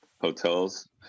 hotels